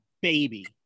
baby